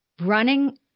Running